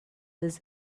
his